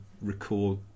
record